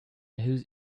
whose